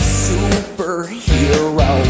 superhero